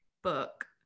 book